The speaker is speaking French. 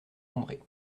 andré